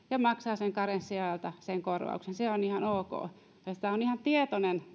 ja maksaa siltä karenssiajalta sen korvauksen se on ihan ok tämä kuudestoista kolmatta on ihan tietoinen